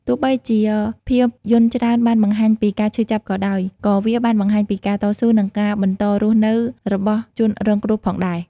ទោះបីជាភាពយន្តភាគច្រើនបានបង្ហាញពីការឈឺចាប់ក៏ដោយ ក៏វាបានបង្ហាញពីការតស៊ូ និងការបន្តរស់នៅរបស់ជនរងគ្រោះផងដែរ។